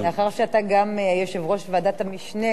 מאחר שאתה גם יושב-ראש ועדת המשנה,